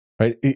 Right